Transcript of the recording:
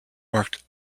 worked